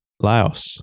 Laos